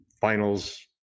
finals